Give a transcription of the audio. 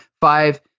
five